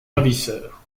ravisseurs